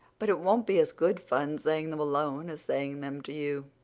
but it won't be as good fun saying them alone as saying them to you.